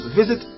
visit